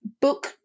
book